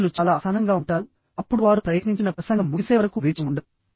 ప్రజలు చాలా అసహనంగా ఉంటారు అప్పుడు వారు ప్రయత్నించిన ప్రసంగం ముగిసే వరకు వేచి ఉండరు